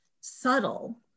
subtle